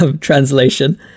translation